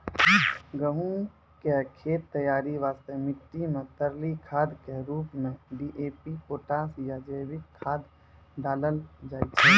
गहूम के खेत तैयारी वास्ते मिट्टी मे तरली खाद के रूप मे डी.ए.पी पोटास या जैविक खाद डालल जाय छै